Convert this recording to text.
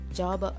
job